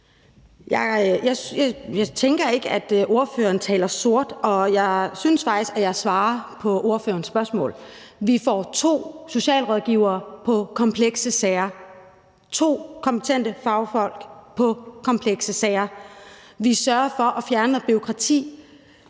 Jeg tænker ikke, at ordføreren taler sort, og jeg synes faktisk, at jeg svarer på ordførerens spørgsmål. Vi får to socialrådgivere på komplekse sager, to kompetente fagfolk på komplekse sager. Vi sørger for at fjerne noget bureaukrati,